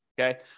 Okay